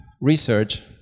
research